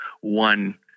one